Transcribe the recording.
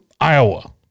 Iowa